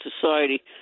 society